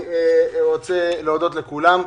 אני רוצה להודות לכולם,